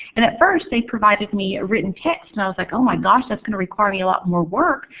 and at first, they provided me a written text. and i was like, oh my gosh, that's going to require me a lot more work.